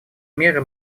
меры